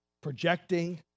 projecting